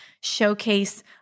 showcase